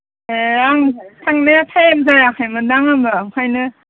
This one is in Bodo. ए आं थांनाया टाइम जायाखैमोन दां होम्बा ओंखायनो